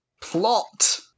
Plot